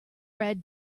red